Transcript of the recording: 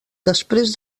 després